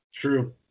True